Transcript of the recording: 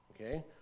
Okay